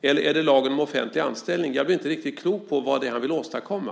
Eller är det lagen om offentlig anställning? Jag blir inte riktigt klok på vad det är han vill åstadkomma.